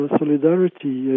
solidarity